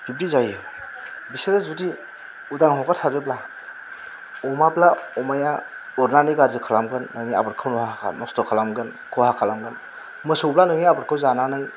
बिब्दि जायो बिसोरो जुदि उदां हगार सारोब्ला अमाब्ला अमाया उरनानै गाज्रि खालामगोन नोंनि आबादखौ नहा खाला नस्थ' खालामगोन खहा खालामगोन मोसौब्ला नोंनि आबादखौ जानानै